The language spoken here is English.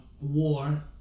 war